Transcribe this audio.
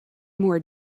more